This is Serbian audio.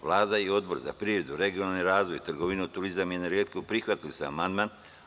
Vlada i Odbor za privredu, regionalni razvoj, trgovinu, turizam i energetiku, prihvatili su amandman.